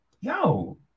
yo